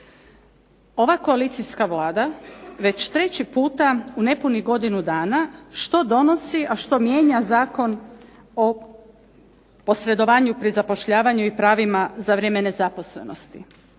Ova koalicijska vlada već treći puta u nepunih godinu dana što donosi a što mijenja Zakon o posredovanju pri zapošljavanju i pravima za vrijeme nezaposlenosti.